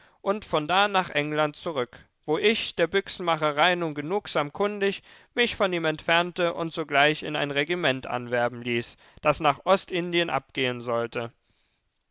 und von da nach england zurück wo ich der büchsenmacherei nun genugsam kundig mich von ihm entfernte und sogleich in ein regiment anwerben ließ das nach ostindien abgehen sollte